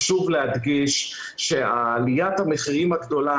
חשוב להדגיש שעליית המחירים הגדולה,